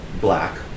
black